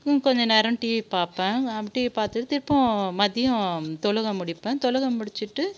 கொஞ்ச நேரம் டிவி பார்ப்பேன் டிவி பார்த்துட்டு திருப்பம் மதியம் தொழுக முடிப்பேன் தொழுக முடிச்சுட்டு